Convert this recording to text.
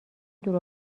دور